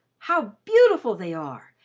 how beautiful they are,